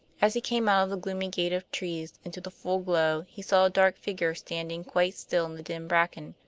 as he came out of the gloomy gate of trees into the full glow he saw a dark figure standing quite still in the dim bracken,